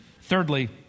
Thirdly